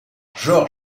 georg